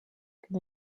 can